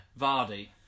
Vardy